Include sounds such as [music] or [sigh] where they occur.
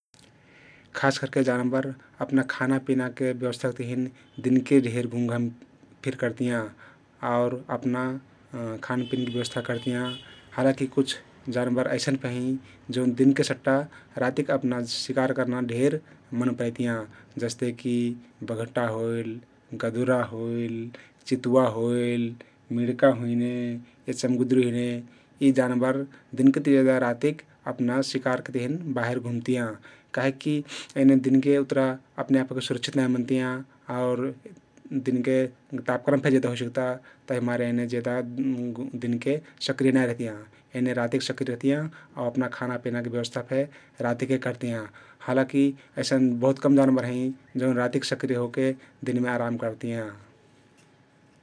खासकरके जानबर अपना खाना पिनाके व्यवस्थाक तहिन दिनके ढेर घुम घाम फिर करतियाँ आउर अपना [hesitation] खान पिनके व्यवस्थ करतियाँ । हालाकी कुछ जानबर अइसन फेक हँइ जउन दिनके सट्टटा रातिक अपना शिकार कर्ना ढेर मन परैतियाँ । जस्ते की बघटा होइल, गदुरा होइल, चितुवा होइल, मिड्का हुइने या चम्गुदरी हुइने यी जानबर दिनकेति जेदा रातिक अपना शिकारके तहिन बाहिर घुमतियाँ । कहिकि एने दिनके उत्रा अपनेआप ओहके सुरक्षित नाई मनतियाँ आउर दिनके तापक्रम फे जेदा होइसिकता तभिमारे एने जेदा [hesitation] दिनके सक्रीय नाई रहतियाँ । एने रातिक सक्रिय रहतियाँ आउ अपना खानापिनाके व्यवस्था फे रातिके करतियाँ । हालाकी अइसन बहुत कम जानबर हँइ जउन रातिक सक्रिय हो के दिनमे अराम करतियाँ ।